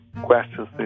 questions